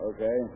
Okay